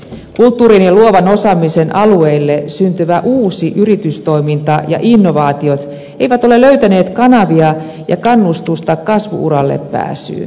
kulttuurin ja luovan osaamisen alueille syntyvä uusi yritystoiminta ja innovaatiot eivät ole löytäneet kanavia ja kannustusta kasvu uralle pääsyyn